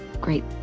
great